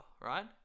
right